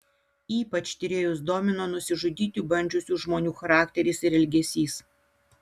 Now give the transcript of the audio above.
ypač tyrėjus domino nusižudyti bandžiusių žmonių charakteris ir elgesys